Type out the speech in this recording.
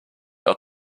auch